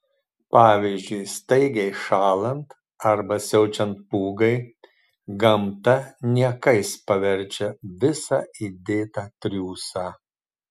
pavyzdžiui staigiai šąlant arba siaučiant pūgai gamta niekais paverčia visą įdėtą triūsą